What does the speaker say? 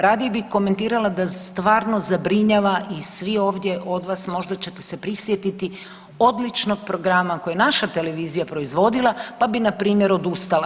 Radije bih komentirala da stvarno zabrinjava i svi ovdje od vas možda ćete se prisjetiti odličnog programa koji je naša televizija proizvodila pa bi npr. odustala.